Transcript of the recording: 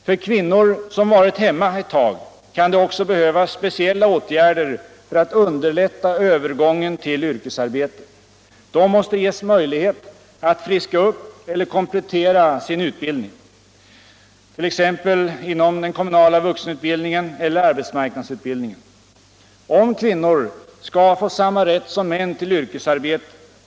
För kvinnor som varit hemma ctt tag kan det också behövas speciella åtgärder för att underlätta övergången till yrkesarbete. De måste ges möjlighet att friska upp eller komplettera sin utbildning, t.ex. inom den kommunala vuxenutbildningen eller arbetsmarknadsutbildningen. Om kvinnor skall få samma rätt som män till yrkesarbete.